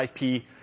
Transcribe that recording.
IP